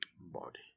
Body